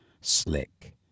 Slick